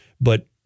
but-